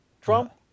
Trump